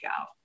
out